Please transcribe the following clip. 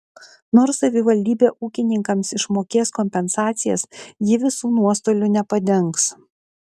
nors savivaldybė ūkininkams išmokės kompensacijas ji visų nuostolių nepadengs